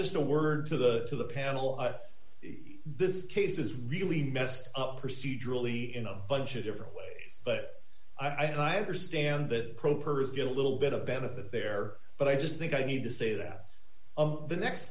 just a word to the to the panel this case is really messed up procedurally in a bunch of different ways but i understand it get a little bit of benefit there but i just think i need to say that the next